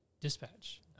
dispatch